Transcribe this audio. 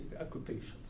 occupations